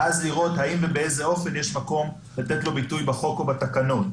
ואז לראות האם ובאיזה אופן יש מקום לתת לו ביטוי בחוק או בתקנות.